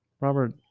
robert